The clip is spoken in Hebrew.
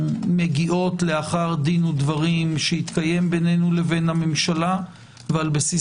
מגיעות לאחר דין ודברים שהתקיים בינינו לבין הממשלה ועל בסיס